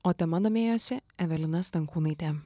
o tema domėjosi evelina stankūnaitė